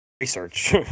research